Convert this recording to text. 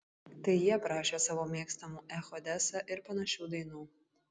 tai jie prašė savo mėgstamų ech odesa ir panašių dainų